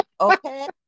okay